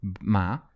Ma